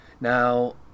Now